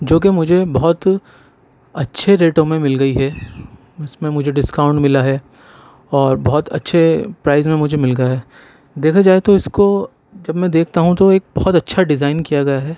جوکہ مجھے بہت اچھے ریٹوں میں مل گئی ہے اس میں مجھے ڈسکاؤنٹ ملا ہے اور بہت اچھے پرائز میں مجھے مل گیا ہے دیکھا جائے تو اس کو جب میں دیکھتا ہوں تو ایک بہت اچھا ڈیزائن کیا گیا ہے